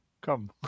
come